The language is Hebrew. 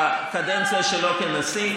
בקדנציה שלו כנשיא.